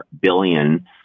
billion